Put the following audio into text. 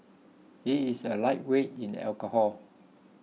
he is a lightweight in alcohol